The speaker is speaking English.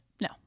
No